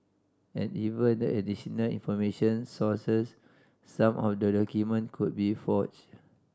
and even the additional information sources some of the document could be forged